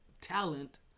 talent